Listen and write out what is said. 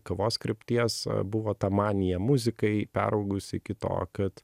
kavos krypties buvo ta manija muzikai peraugus iki to kad